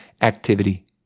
activity